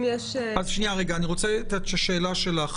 אני רוצה את השאלה שלך.